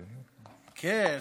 כן.